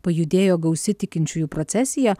pajudėjo gausi tikinčiųjų procesija